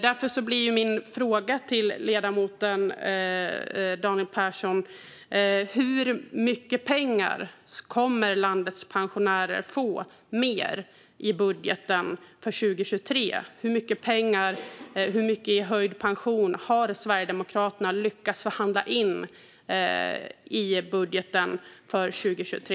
Därför blir mina frågor till ledamoten Daniel Persson följande: Hur mycket mer pengar kommer landets pensionärer att få i budgeten för 2023? Hur mycket i höjd pension har Sverigedemokraterna lyckats förhandla in i budgeten för 2023?